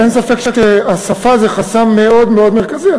אין ספק שהשפה זה חסם מאוד מאוד מרכזי.